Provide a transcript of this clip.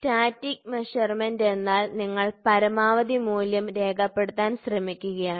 static measurement എന്നാൽ നിങ്ങൾ പരമാവധി മൂല്യം രേഖപ്പെടുത്താൻ ശ്രമിക്കുകയാണ്